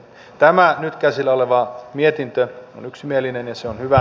tämä nyt käsillä oleva mietintö on yksimielinen ja se on hyvä